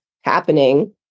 happening